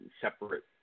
separate